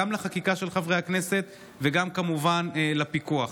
גם לחקיקה של חברי הכנסת וגם כמובן לפיקוח.